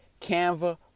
Canva